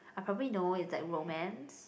I probably know it's like romance